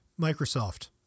Microsoft